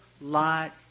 lot